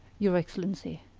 your excellency.